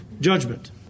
judgment